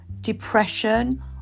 depression